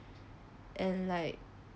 and like